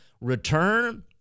return